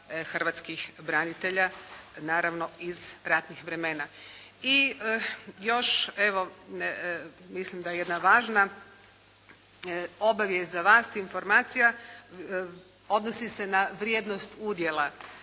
hrvatskih branitelja, naravno iz ratnih vremena. I još evo mislim da jedna važna obavijest za vas i informacija. Odnosi se na vrijednost udjela